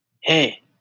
Hey